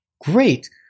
great